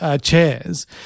chairs